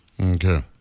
Okay